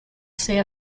say